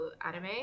anime